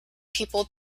people